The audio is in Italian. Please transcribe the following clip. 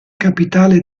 capitale